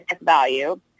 value